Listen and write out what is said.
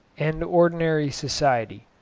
and ordinary society,